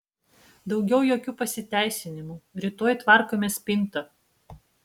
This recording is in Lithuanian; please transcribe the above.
daugiau jokių pasiteisinimų rytoj tvarkome spintą